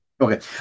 okay